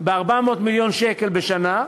ב-400 מיליון שקל בשנה,